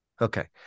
Okay